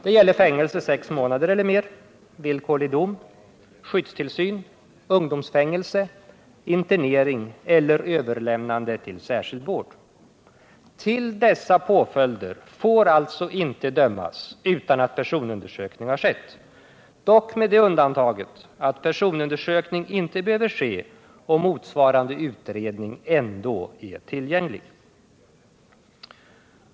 Det gäller fängelse sex månader eller mer, villkorlig dom, skyddstillsyn, ungdomsfängelse, internering eller överlämnande till särskild vård. Till dessa påföljder får alltså inte dömas utan att personundersökning skett, dock med det undantaget att personundersökning inte behöver ske om motsvarande utredning ändå är tillgänglig.